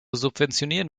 subventionieren